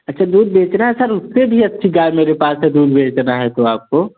अच्छा दूध बेचना है सर उससे भी अच्छी गाय मेरे पास है दूध बेचना है तो आपको